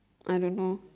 I don't know